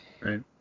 right